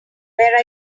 where